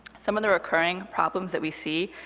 some of the recurring problems that we see,